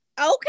Okay